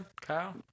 Kyle